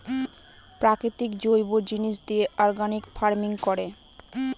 প্রাকৃতিক জৈব জিনিস দিয়ে অর্গানিক ফার্মিং করে